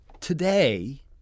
Today